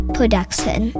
Production